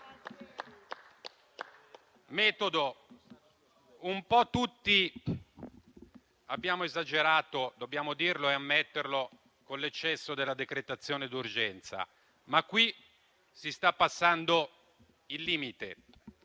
metodo, un po' tutti abbiamo esagerato - dobbiamo ammetterlo - con l'eccesso della decretazione d'urgenza, ma qui si sta passando il limite.